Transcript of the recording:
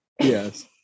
Yes